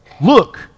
look